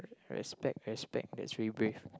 respect respect that's very brave